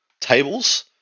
tables